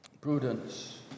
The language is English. Prudence